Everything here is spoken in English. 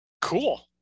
Cool